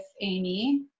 Amy